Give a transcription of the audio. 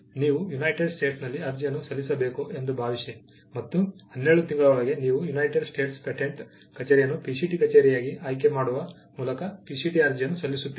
ನೀವು ಯುನೈಟೆಡ್ ಸ್ಟೇಟ್ಸ್ನಲ್ಲಿ ಅರ್ಜಿಯನ್ನು ಸಲ್ಲಿಸಬೇಕು ಎಂದು ಭಾವಿಸಿ ಮತ್ತು 12 ತಿಂಗಳೊಳಗೆ ನೀವು ಯುನೈಟೆಡ್ ಸ್ಟೇಟ್ಸ್ ಪೇಟೆಂಟ್ ಕಚೇರಿಯನ್ನು PCT ಕಚೇರಿಯಾಗಿ ಆಯ್ಕೆ ಮಾಡುವ ಮೂಲಕ PCT ಅರ್ಜಿಯನ್ನು ಸಲ್ಲಿಸುತ್ತೀರಿ